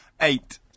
Eight